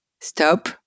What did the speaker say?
Stop